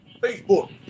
Facebook